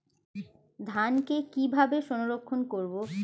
ধানকে কিভাবে সংরক্ষণ করব?